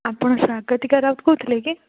ଆପଣ ସ୍ୱାଗତିକା ରାଉତ କହୁଥିଲେ କି